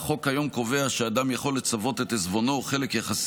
החוק היום קובע שאדם יכול לצוות את עזבונו או חלק יחסי